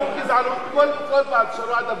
תביאו גזענות, כל פעם תישארו עד הבוקר.